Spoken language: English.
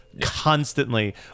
constantly